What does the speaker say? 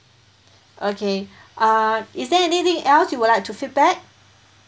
okay uh is there anything else you would like to feedback